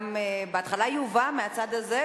בהתחלה היא הובאה מהצד הזה,